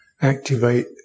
activate